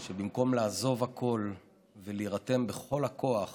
במקום לעזוב הכול ולהירתם בכל הכוח